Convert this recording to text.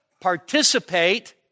participate